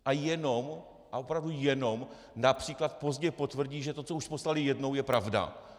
A jenom, a opravdu jenom například pozdě potvrdí, že to, co už poslali jednou, je pravda?